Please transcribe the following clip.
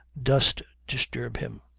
durst disturb him.